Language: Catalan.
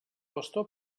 bastó